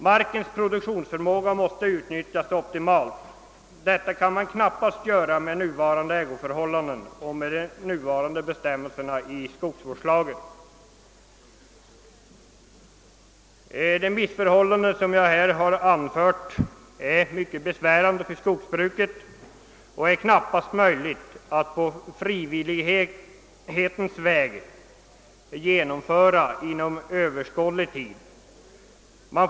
Markens produktionsförmåga måste utnyttjas optimalt, och det går knappast med nuvarande ägoförhållanden och med nu gällande bestämmelser i skogsvårdslagen. De missförhållanden som jag här nämnt är mycket besvärande för skogsbruket och kan knappast inom Ööverskådlig tid rättas till på frivillighetens väg.